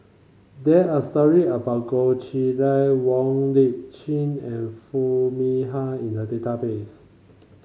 there are story about Goh Chiew Lye Wong Lip Chin and Foo Mee Har in the database